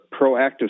proactive